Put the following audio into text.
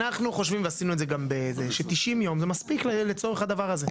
אנחנו חושבים ש-90 ימים זה מספיק לצורך הדבר הזה.